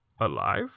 Alive